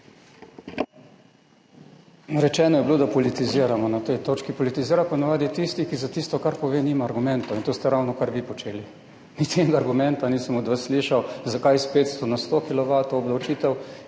Rečeno je bilo, da politiziramo na tej točki. Politizira ponavadi tisti, ki za tisto, kar pove, nima argumentov, in to ste ravnokar vi počeli. Niti enega argumenta nisem od vas slišal, zakaj obdavčitev